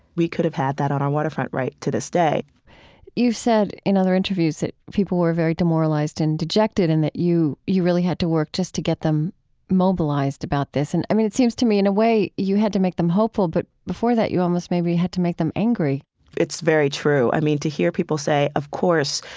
we could have had that on our waterfront right to this day you've said in other interviews that people were very demoralized and dejected, and that you you really had to work just to get them mobilized about this. and i mean, it seems to me, in a way, you had to make them hopeful, but before that, you almost maybe, you had to make them angry it's very true. i mean, to hear people say, of course,